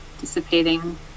dissipating